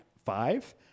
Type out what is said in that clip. Five